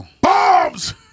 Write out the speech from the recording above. BOMBS